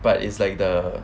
but is like the